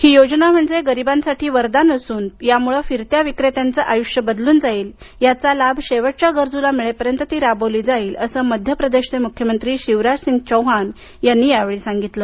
ही योजना म्हणजे गरीबांसाठी वरदान असून यामुळे फिरत्या विक्रेत्याचे आयुष्य बदलून जाईल याचा लाभ शेवटच्या गरजूला मिळेपर्यंत ती राबवली जाईल असं मध्यप्रदेशचे मुख्यमंत्री शिवराज सिंग चौहान यांनी सांगितलं